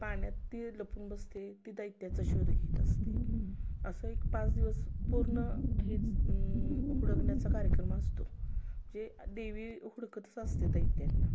त्या पाण्यात ती लपून बसते ती दैत्याचा शोध घेत असते असं एक पाच दिवस पूर्ण हेच हुडकण्याचा कार्यक्रम असतो जे देवी हुडकतच असते दैत्यांना